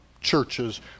churches